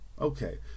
Okay